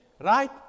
right